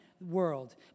world